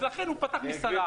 ולכן הוא פתח מסעדה.